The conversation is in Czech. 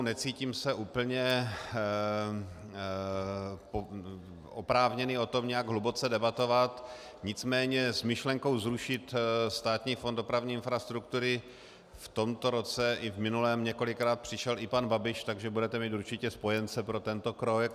Necítím se úplně oprávněn o tom nějak hluboce debatovat, nicméně s myšlenkou zrušit Státní fond dopravní infrastruktury v tomto roce i v minulém několikrát přišel i pan Babiš, takže budete mít určitě spojence pro tento krok.